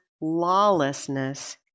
lawlessness